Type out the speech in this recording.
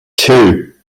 two